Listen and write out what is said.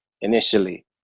initially